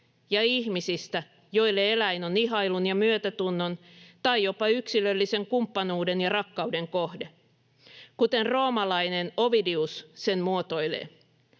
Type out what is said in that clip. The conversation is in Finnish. ja ihmisistä, joille eläin on ihailun ja myötätunnon tai jopa yksilöllisen kumppanuuden ja rakkauden kohde. Kuten roomalainen Ovidius sen muotoilee: